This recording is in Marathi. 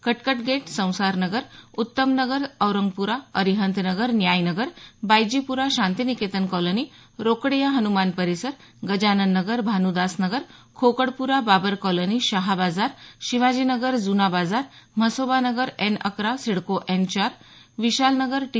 कटकट गेट संसार नगर उत्तम नगर औरंगपुरा अरिहंत नगर न्याय नगर बायजीप्रा शांतीनिकेतन कॉलनी रोकडिया हनुमान परिसर गजानन नगर भानुदास नगर खोकडप्रा बाबर कॉलनी शहा बाजार शिवाजी नगर जुना बाजार म्हसोबा नगर एन अकरा सिडको एन चार विशाल नगर टी